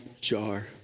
jar